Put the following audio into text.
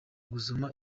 gusoma